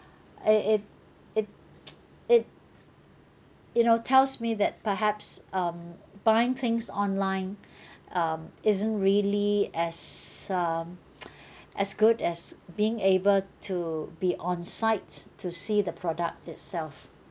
I it it it you know tells me that perhaps um buying things online um isn't really as um as good as being able to be on site to see the product itself